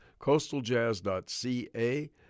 CoastalJazz.ca